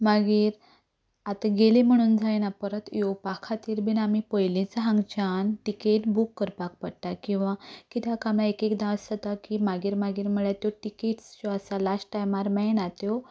मागीर आतां गेलीं म्हणून जायना परत आतां येवपा खातीर आमीं पयलींच हांगच्यान टिकेट बूक करपाक पडटा किंवा कित्याक आमीं एक एकदां अशें जाता की मागीर मागीर म्हणल्यार त्यो टिकेट्स ज्यो आसात लास्ट टायमार मेळनात त्यो